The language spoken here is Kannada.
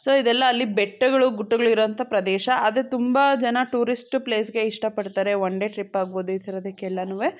ಸೊ ಇದೆಲ್ಲ ಅಲ್ಲಿ ಬೆಟ್ಟಗಳು ಗುಡ್ಡಗಳು ಇರೋವಂಥ ಪ್ರದೇಶ ಅದೇ ತುಂಬ ಜನ ಟೂರಿಸ್ಟ್ ಪ್ಲೇಸ್ಗೆ ಇಷ್ಟ ಪಡ್ತಾರೆ ವನ್ ಡೇ ಟ್ರಿಪ್ ಆಗ್ಬೋದು ಈ ತರದಕ್ಕೆಲ್ಲನು